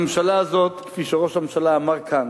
הממשלה הזאת, כפי שראש הממשלה אמר כאן,